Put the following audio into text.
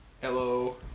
Hello